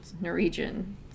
Norwegian